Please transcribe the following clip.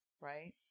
right